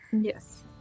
Yes